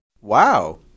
Wow